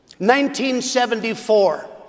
1974